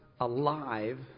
alive